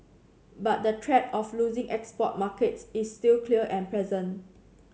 but the threat of losing export markets is still clear and present